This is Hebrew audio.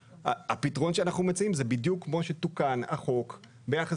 הפתרון שאנחנו מציעים זה בדיוק כמו שתוקן החוק ביחס